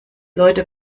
leute